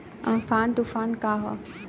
Amphan तुफान का ह?